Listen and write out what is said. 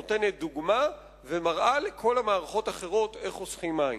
נותנת דוגמה ומראה לכל המערכות האחרות איך חוסכים מים.